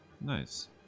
Nice